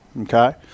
okay